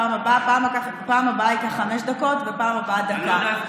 בפעם הבאה ייקח חמש דקות ובפעם הבאה דקה,